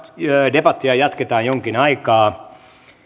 debattia jatketaan jonkin aikaa